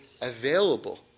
available